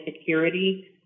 Security